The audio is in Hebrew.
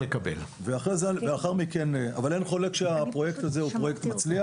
אבל אין חולק על כך שהפרויקט הזה הוא פרויקט מצליח.